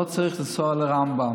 לא צריך לנסוע לרמב"ם,